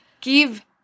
give